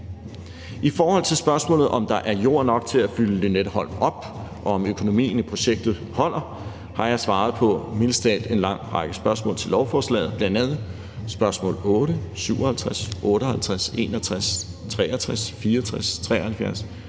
I forhold til spørgsmålet, om der er jord nok til at fylde Lynetteholm op, og om økonomien i projektet holder, har jeg svaret på mildest talt en lang række spørgsmål til lovforslaget, bl.a. spørgsmål nr. 8, 57, 58, 61, 63, 64, 73,